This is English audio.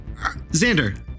Xander